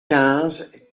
quinze